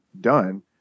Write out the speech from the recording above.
done